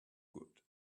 good